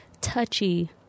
touchy